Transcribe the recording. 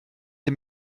des